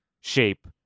shape